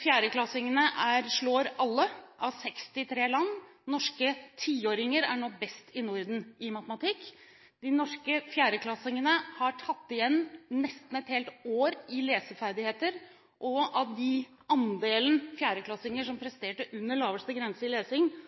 Fjerdeklassingene slår alle av 63 land. Norske tiåringer er nå best i Norden i matematikk. De norske fjerdeklassingene har tatt igjen nesten et helt år i leseferdigheter, og den andelen fjerdeklassinger som presterte under laveste grense i lesing,